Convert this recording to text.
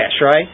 right